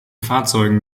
fahrzeugen